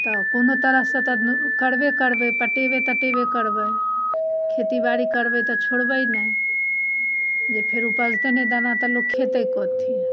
तऽ कोनो तरहसँ तऽ करबे करबै पटेबे तटेबे करबै खेती बाड़ी करबै तऽ छोड़बै नहि जे फेरो उपजतै नहि दाना तऽ लोक खेतै कथी